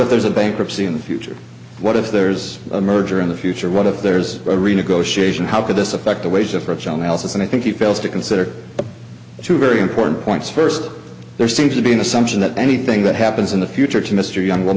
if there's a bankruptcy in the future what if there's a merger in the future what if there's a renegotiation how could this affect the ways of approaching all males and i think it fails to consider two very important points first there seems to be an assumption that anything that happens in the future to mr young will